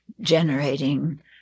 generating